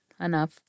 enough